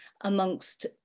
amongst